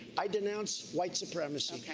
i denounced white supremacy. okay.